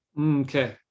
Okay